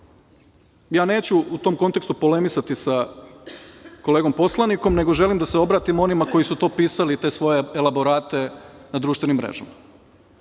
Ja neću u tom kontekstu polemisati sa kolegom21/2 TĐ/MPposlanikom, nego želim da se obratim onima koji su pisali te svoje elaborate na društvenim mrežama.